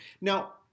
Now